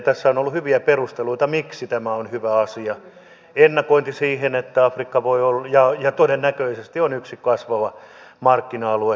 tässä on ollut hyviä perusteluita miksi tämä on hyvä asia ennakointi siihen että afrikka voi olla ja todennäköisesti on yksi kasvava markkina alue